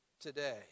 today